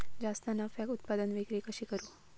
जास्त नफ्याक उत्पादन विक्री कशी करू?